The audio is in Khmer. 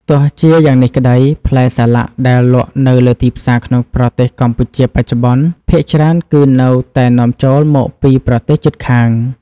ទោះជាយ៉ាងនេះក្តី ផ្លែសាឡាក់ដែលលក់នៅលើទីផ្សារក្នុងប្រទេសកម្ពុជាបច្ចុប្បន្ន ភាគច្រើនគឺនៅតែនាំចូលមកពីប្រទេសជិតខាង ។